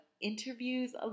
interviews